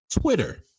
Twitter